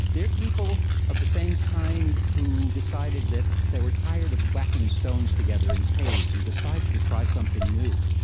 they are people of the same kind who decided that they were tired of whacking stones together in caves and decided to try something new,